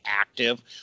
active